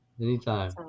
anytime